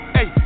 Hey